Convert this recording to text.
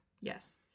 Yes